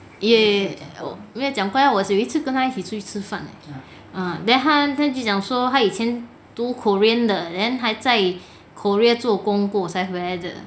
eh 没有讲过 meh 我有一次跟她一起出去吃饭 eh then 她就讲说她以前读 korean 的 then 还在 korea 做工过才回来的